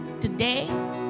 today